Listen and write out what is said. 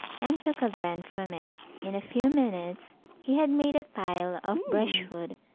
and took a brand from it in a few minutes he had made a pile of brush wood,